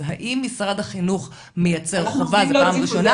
אז האם משרד החינוך מייצר חובה בפעם ראשונה,